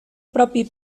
propi